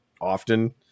often